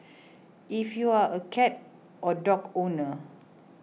if you are a cat or dog owner